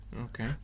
Okay